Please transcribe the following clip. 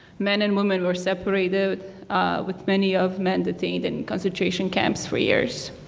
men and women were separated with many of men detained in concentration camps for years.